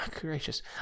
gracious